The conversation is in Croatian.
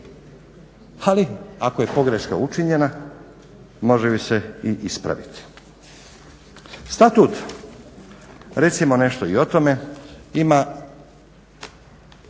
ali ako je pogreška učinjena može ju se i ispraviti. Statut, recimo nešto i o tome, ima